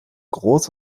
groß